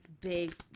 big